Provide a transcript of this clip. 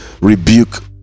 rebuke